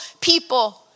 people